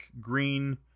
green